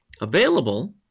available